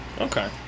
Okay